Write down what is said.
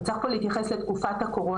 וצריך פה להתייחס לתקופה הזו,